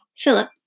Philip